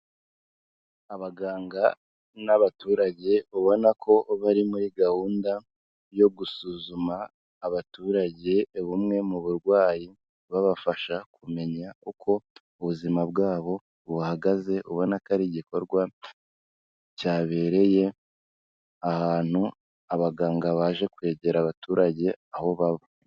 Abaganga n'abaturage ubona ko bari muri gahunda yo gusuzuma abaturage bumwe mu burwayi, babafasha kumenya uko ubuzima bwabo buhagaze, ubona ko ari igikorwa cyabereye ahantu abaganga baje kwegera abaturage aho baba.